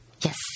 Yes